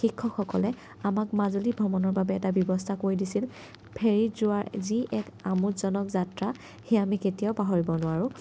শিক্ষকসকলে আমাক মাজুলী ভ্ৰমণৰ বাবে এটা ব্যৱস্থা কৰি দিছিল ফেৰীত যোৱাৰ যি এক আমোদজনক যাত্ৰা সেয়া আমি কেতিয়াও পাহৰিব নোৱাৰোঁ